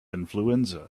influenza